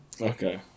Okay